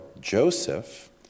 Joseph